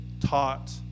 Taught